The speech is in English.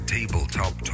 Tabletop